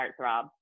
heartthrob